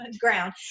ground